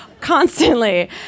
constantly